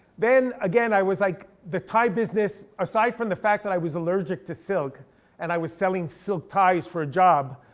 then, again, i was like the tie business, aside from the fact that i was allergic to silk and i was selling silk ties for a job,